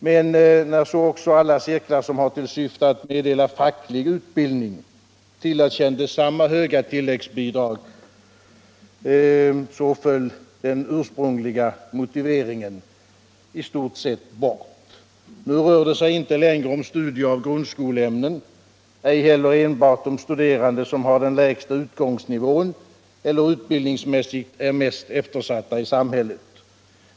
Men när också alla cirklar som har till syfte att meddela facklig utbildning tillerkändes samma höga tilläggsbidrag, föll den ursprungliga motiveringen i stort sett bort. Nu rör det sig inte längre om studier av grundskoleämnen, ej heller enbart om studerande som har den lägsta ursprungsnivån eller utbildningsmässigt är mest eftersatta i samhället.